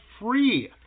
free